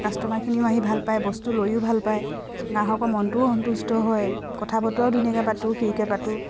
কাষ্টমাৰখিনিও আহি ভাল পায় বস্তু লৈয়ো ভাল পায় গ্ৰাহকৰ মনটোও সন্তুষ্ট হয় কথা বতৰাও ধুনীয়াকে পাতোঁ ফ্ৰীকে পাতোঁ